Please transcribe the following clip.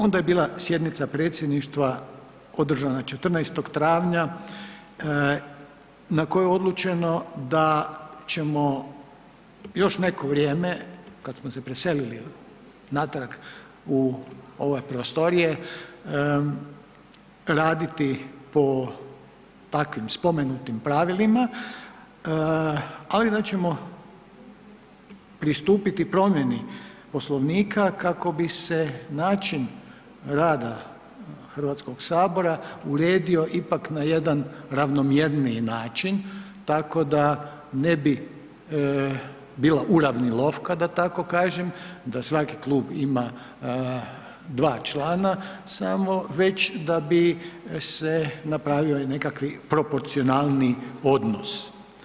Onda je bila sjednica Predsjedništva održana 14. travnja na kojoj je odlučeno da ćemo još neko vrijeme, kada smo se preselili natrag u ove prostorije raditi po takvim spomenutim pravilima, ali da ćemo pristupiti promjeni Poslovnika kako bi se način rada HS-a uredio ipak na jedan ravnomjerniji način, tako da ne bi bila uravnilovka, da tako kažem, da svaki klub ima 2 člana samo, već da bi se napravio i nekakvi proporcionalni odnos.